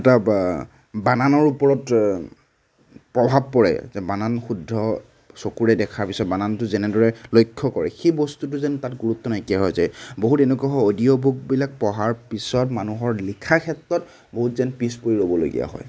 এটা বা বানানৰ ওপৰত প্ৰভাৱ পৰে যে বানান শুদ্ধ চকুৰে দেখাৰ পিছত বানানটো যেনেদৰে লক্ষ্য কৰে সেই বস্তুটো যেন তাত গুৰুত্ব নাইকিয়া হৈ যায় বহুত এনেকুৱা হয় অডিঅ' বুক বিলাক পঢ়াৰ পিছত মানুহৰ লিখা ক্ষেত্ৰত বহুত যেন পিছ পৰি ৰ'বলগীয়া হয়